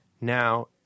now